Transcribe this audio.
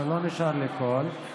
לא נשאר לי קול.